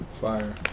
Fire